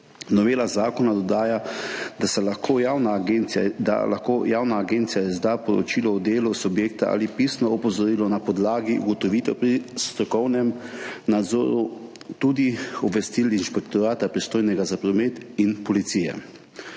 Novela zakona dodaja, da lahko javna agencija izda poročilo o delu subjekta ali pisno opozorilo na podlagi ugotovitev pri strokovnem nadzoru, tudi obvestil inšpektorata, pristojnega za promet, in policije.